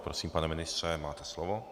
Prosím, pane ministře, máte slovo.